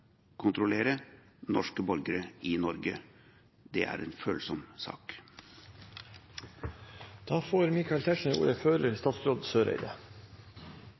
kontrollere norske borgere i Norge? Det er en følsom